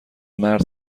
مرد